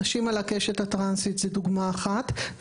אנשים על הקשת הטרנסית זה דוגמה אחת.